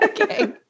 Okay